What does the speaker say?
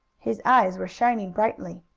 his eyes were shining brightly.